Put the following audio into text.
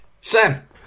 Sam